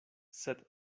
sed